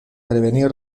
prevenir